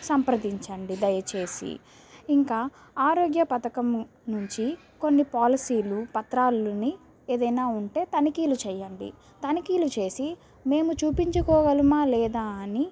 సంప్రదించండి దయచేసి ఇంకా ఆరోగ్య పథకము నుంచి కొన్ని పాలసీలు పత్రాలని ఏదైనా ఉంటే తనిఖీలు చేయండి తనిఖీలు చేసి మేము చూపించుకోగలమా లేదా అని